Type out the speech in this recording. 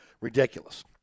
Ridiculous